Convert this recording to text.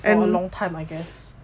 for a long time I guess